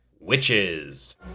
witches